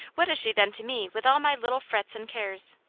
what is she then to me with all my little frets and cares?